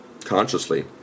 consciously